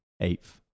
eighth